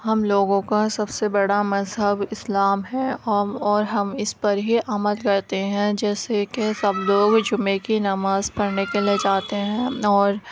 ہم لوگوں کا سب سے بڑا مذہب اسلام ہے ہم اور ہم اس پر ہی عمل کرتے ہیں جیسے کہ سب لوگ جمعہ کی نماز پڑھنے کے لیے جاتے ہیں اور